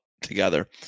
together